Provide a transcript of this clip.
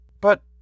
But